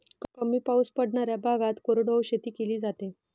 कमी पाऊस पडणाऱ्या भागात कोरडवाहू शेती केली जाते